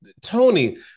Tony